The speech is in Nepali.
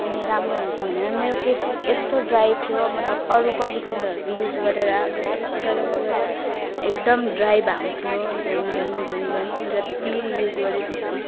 अनि राम्रो हुन्छ भनेर मेरो केश यस्तो ड्राई थियो मतलब अरू कन्डिसनरहरू युज गरेर गेरेर गरेर गरेर एकदम ड्राई भएको थियो झन् झन् झन् झन् जति युज गऱ्यो त्यति